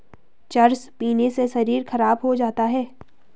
चरस पीने से शरीर खराब हो जाता है